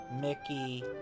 Mickey